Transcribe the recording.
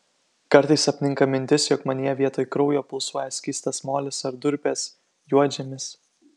kartais apninka mintis jog manyje vietoj kraujo pulsuoja skystas molis ar durpės juodžemis